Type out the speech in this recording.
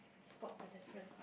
spot the difference